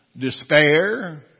despair